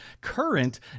current